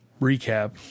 recap